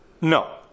no